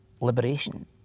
liberation